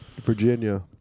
Virginia